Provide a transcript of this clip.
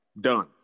Done